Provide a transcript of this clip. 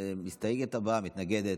המסתייגת הבאה, המתנגדת,